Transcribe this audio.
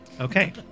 Okay